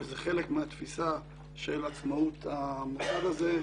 וזה חלק מהתפיסה של עצמאות המוסד הזה.